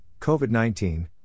COVID-19